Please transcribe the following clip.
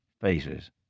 faces